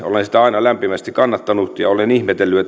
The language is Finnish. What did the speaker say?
olen sitä aina lämpimästi kannattanut ja olen ihmetellyt